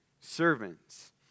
servants